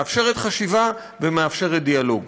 מאפשרת חשיבה ומאפשרת דיאלוג.